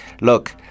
look